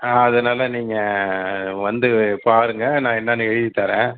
அதனால நீங்கள் வந்து பாருங்கள் நான் என்னான்னு எழுதி தரேன்